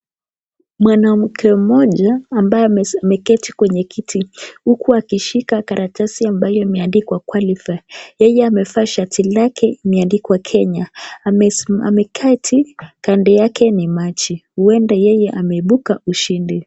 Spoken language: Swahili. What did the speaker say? Mwanamke mmoja ambaye ameketi kwenye kiti huku akishika karatasi ambayo imeandikwa qualify yeye amevaa shati lake limeandikwa Kenya ameketi kando yake ni maji huenda yeye ameibuka mshindi.